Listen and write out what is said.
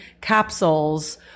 capsules